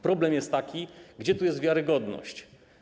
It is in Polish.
Problem jest taki: Gdzie tu jest wiarygodność?